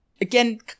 again